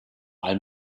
allem